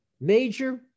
major